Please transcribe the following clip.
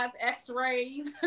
x-rays